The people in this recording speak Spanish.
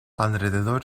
alrededor